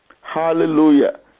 Hallelujah